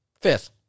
Fifth